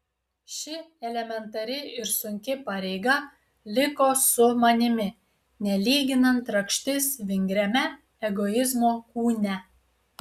ši elementari ir sunki pareiga liko su manimi nelyginant rakštis vingriame egoizmo kūne